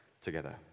together